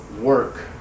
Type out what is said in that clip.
work